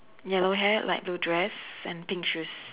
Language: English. yellow hair light blue dress and pink shoes